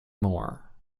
moore